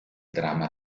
dramma